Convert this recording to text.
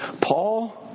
Paul